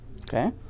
okay